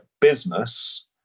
business